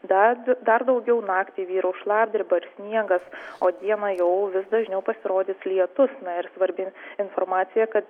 dar dar daugiau naktį vyraus šlapdriba ir sniegas o dieną jau vis dažniau pasirodys lietus ir svarbi informacija kad